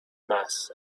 mass